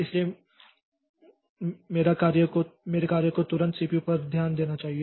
इसलिए मेरी नौकरी को तुरंत सीपीयू पर ध्यान देना चाहिए